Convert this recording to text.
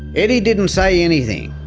eddie didn't say anything.